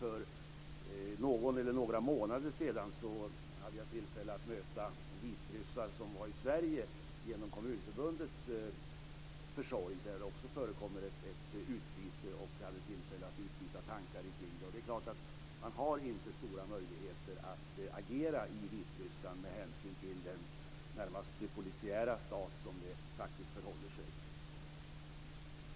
För någon eller några månader sedan mötte jag vitryssar som var i Sverige genom Kommunförbundets försorg. Där förekommer det också ett utbyte. Då hade jag tillfälle att utbyta tankar kring detta. Man har inte stora möjligheter att agera i Vitryssland med hänsyn till den närmast polisiära stat som det faktiskt är.